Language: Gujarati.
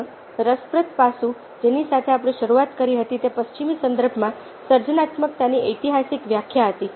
અન્ય રસપ્રદ પાસું જેની સાથે આપણે શરૂઆત કરી હતી તે પશ્ચિમી સંદર્ભમાં સર્જનાત્મકતાની ઐતિહાસિક વ્યાખ્યા હતી